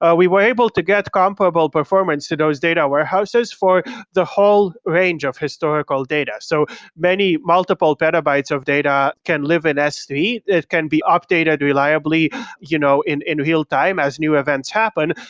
ah we were able to get comparable performance to those data warehouses for the whole range of historical data. so many multiple petabytes of data can live in s three. it can be updated reliably you know in in real-time as new events happen.